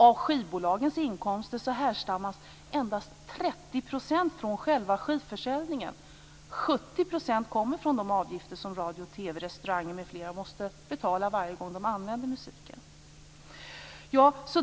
Av skivbolagens inkomster härstammar endast 30 % från själva skivförsäljningen. 70 % kommer från de avgifter som radio, TV, restauranger m.fl. måste betala varje gång de använder musiken.